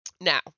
Now